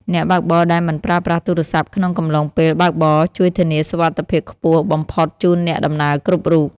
អ្នកបើកបរដែលមិនប្រើប្រាស់ទូរស័ព្ទក្នុងកំឡុងពេលបើកបរជួយធានាសុវត្ថិភាពខ្ពស់បំផុតជូនអ្នកដំណើរគ្រប់រូប។